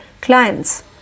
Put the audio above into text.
clients